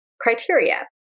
criteria